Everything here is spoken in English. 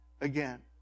again